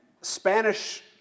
Spanish